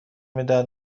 میدهد